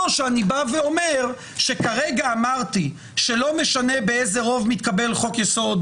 או שאני בא ואומר שכרגע אמרתי שלא משנה באיזה רוב מתקבל חוק יסוד,